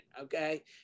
okay